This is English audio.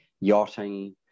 yachting